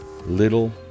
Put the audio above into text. little